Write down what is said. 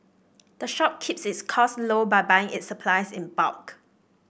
the shop keeps its costs low by buying its supplies in bulk